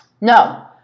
No